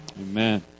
Amen